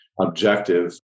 objective